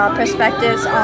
perspectives